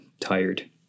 tired